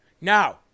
Now